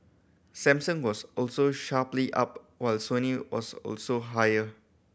Samsung was also sharply up while Sony was also higher